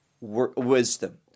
wisdom